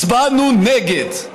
הצבענו נגד,